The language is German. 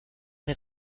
mir